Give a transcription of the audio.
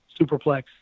superplex